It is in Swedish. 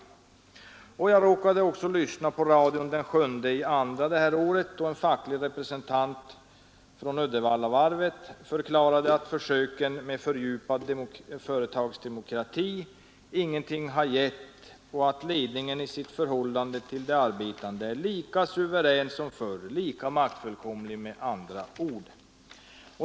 Jag råkade också lyssna på radion den 7 februari i år, då en facklig representant från Uddevallavarvet förklarade att försöken med fördjupad företagsdemokrati ingenting har gett och att ledningen i sitt förhållande till de arbetande är lika suverän som förr — lika maktfullkomlig, med andra ord.